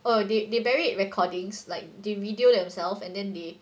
uh they they buried recordings like they video themselves and then they